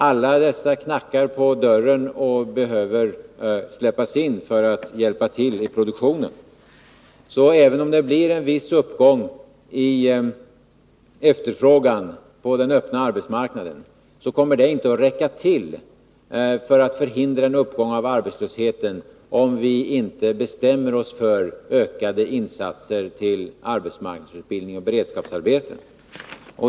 Alla dessa knackar på dörren och behöver släppas in för att hjälpa till i produktionen. Så även om det blir en viss uppgång i efterfrågan på den öppna arbetsmarknaden kommer det inte att räcka till för att förhindra en uppgång av arbetslösheten, om vi inte bestämmer oss för ökade insatser till arbetsmarknadsutbildning och beredskapsarbeten.